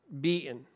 beaten